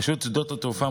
רשות שדות התעופה,